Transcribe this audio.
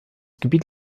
gebiet